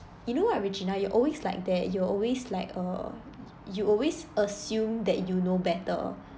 you know what regina you always like that you're always like err you always assume that you know better